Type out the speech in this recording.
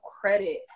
credit